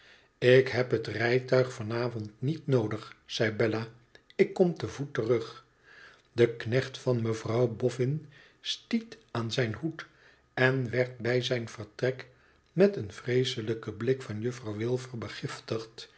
tik heb het rijtuig van avond niet noodig zei bella ik kom te voet terug de knecht van mevrouw bofen stiet aan zijn hoed en werd bij zijn vertrek met een vreeselijken blik van juffrouw